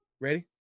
Ready